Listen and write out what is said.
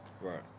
Right